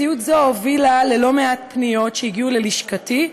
מציאות זו הובילה ללא מעט פניות שהגיעו ללשכתי,